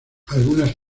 algunas